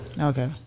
Okay